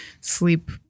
sleep